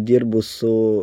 dirbu su